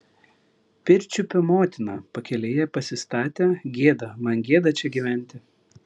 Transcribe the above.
pirčiupio motiną pakelėje pasistatė gėda man gėda čia gyventi